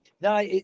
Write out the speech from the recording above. no